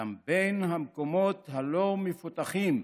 גם בין המקומות הלא-מפותחים,